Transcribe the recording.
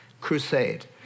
crusade